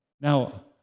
Now